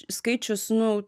skaičius nu